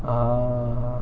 err